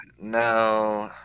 No